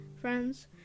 friends